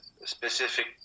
specific